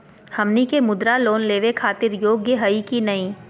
हमनी के मुद्रा लोन लेवे खातीर योग्य हई की नही?